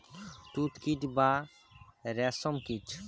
তুত কীট বা রেশ্ম কীট